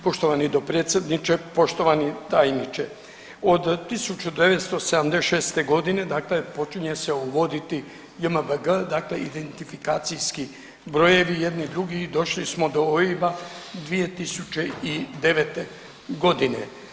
Poštovani dopredsjedniče, poštovani tajniče, od 1976. godine dakle počinje se uvoditi JMBG dakle identifikacijski brojevi jedni i drugi i došli smo do OIB-a 2009. godine.